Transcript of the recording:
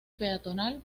peatonal